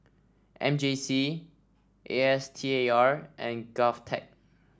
M J C A S T A R and Govtech